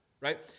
Right